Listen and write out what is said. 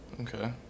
Okay